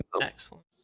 Excellent